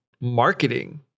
marketing